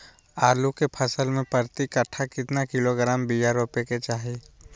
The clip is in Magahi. आलू के फसल में प्रति कट्ठा कितना किलोग्राम बिया रोपे के चाहि?